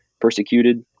persecuted